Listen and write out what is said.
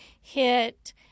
hit